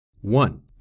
One